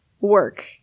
work